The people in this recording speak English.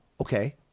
Okay